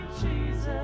Jesus